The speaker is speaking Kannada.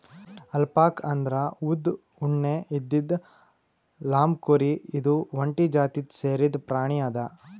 ಅಲ್ಪಾಕ್ ಅಂದ್ರ ಉದ್ದ್ ಉಣ್ಣೆ ಇದ್ದಿದ್ ಲ್ಲಾಮ್ಕುರಿ ಇದು ಒಂಟಿ ಜಾತಿಗ್ ಸೇರಿದ್ ಪ್ರಾಣಿ ಅದಾ